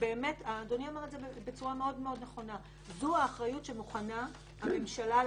אדוני אמר בצורה מאוד נכונה זאת האחריות שמוכנה הממשלה לקחת,